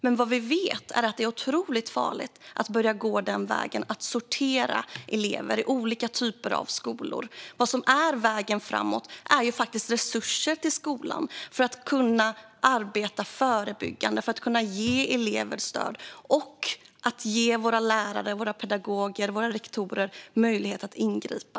Men vi vet att det är otroligt farligt att börja gå den vägen och sortera elever i olika typer av skolor. Vägen framåt är resurser till skolan för att de ska kunna arbeta förebyggande, ge elever stöd och ge lärare, pedagoger och rektorer möjlighet att ingripa.